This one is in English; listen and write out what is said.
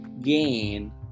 Gain